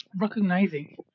recognizing